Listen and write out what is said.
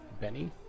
Benny